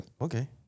Okay